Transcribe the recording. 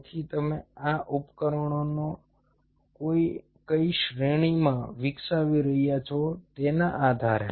તેથી તમે આ ઉપકરણોને કઈ શ્રેણીમાં વિકસાવી રહ્યા છો તેના આધારે